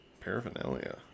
paraphernalia